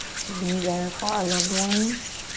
to be there for our loved ones